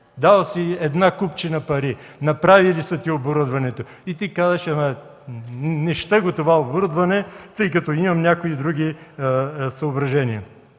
Дал си една купчина пари, направили са ти оборудването и ти казваш: „Не ща го това оборудване, тъй като имам някои други съображения”.